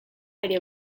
ere